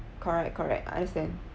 correct correct I understand